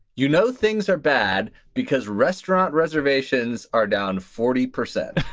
you know, things are bad because restaurant reservations are down forty percent